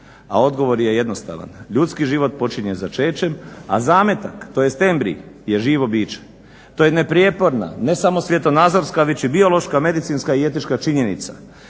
a odgovor je jednostavan. Ljudski život počinje začećem, a zametak tj. embrij je živo biće. To je neprijeporna, ne samo svjetonazorska već i biološka, medicinska i etička činjenica